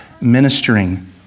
ministering